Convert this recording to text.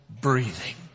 breathing